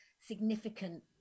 significant